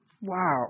Wow